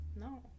No